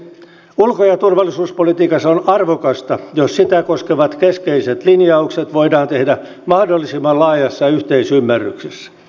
ulko ja turvallisuuspolitiikassa on arvokasta jos sitä koskevat keskeiset linjaukset voidaan tehdä mahdollisimman laajassa yhteisymmärryksessä